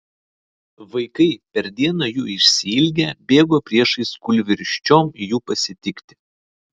vaikai per dieną jų išsiilgę bėgo priešais kūlvirsčiom jų pasitikti